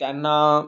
त्यांना